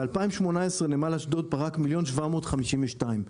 ב-2018 נמל אשדוד פרק 1.752 מיליון.